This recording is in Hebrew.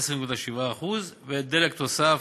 10.7%; ודלק תוסף,